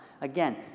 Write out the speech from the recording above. Again